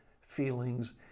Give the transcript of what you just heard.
feelings